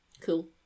cool